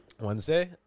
Wednesday